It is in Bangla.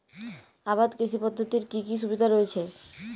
আবাদ কৃষি পদ্ধতির কি কি সুবিধা রয়েছে?